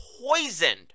poisoned